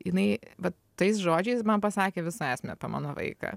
jinai va tais žodžiais man pasakė visą esmę apie mano vaiką